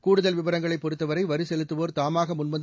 கூடுதல் விவரங்களை பொறுத்தவரை வரி செலுத்துவோர் தாமாக முன்வந்து